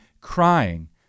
crying